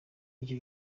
icyo